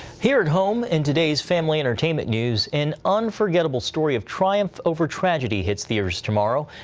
here at home, in today's family entertainment news, an unforgettable story of triumph over tragedy hits theaters tomorrow.